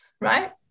right